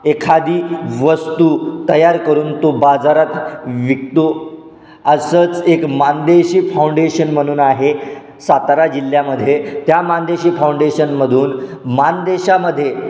एखादी वस्तू तयार करून तो बाजारात विकतो असंच एक माणदेशी फाउंडेशन म्हणून आहे सातारा जिल्ह्यामध्ये त्या माणदेशी फाउंडेशनमधून माणदेशामध्ये